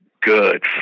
good